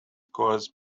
caused